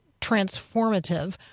transformative